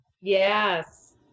Yes